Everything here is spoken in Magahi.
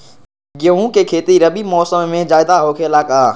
गेंहू के खेती रबी मौसम में ज्यादा होखेला का?